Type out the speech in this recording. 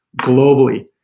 globally